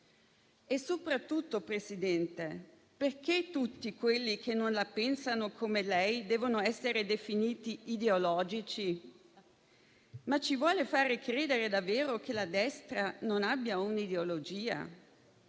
Soprattutto, presidente Meloni, perché tutti quelli che non la pensano come lei devono essere definiti ideologici? Ma ci vuol far credere davvero che la destra non abbia un'ideologia?